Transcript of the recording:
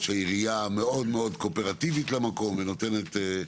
שהעירייה מאוד מאוד קואופרטיבית למקום ונותנת.